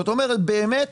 כלומר באמת